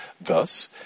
Thus